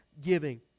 giving